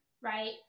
right